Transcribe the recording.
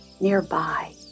Nearby